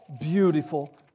beautiful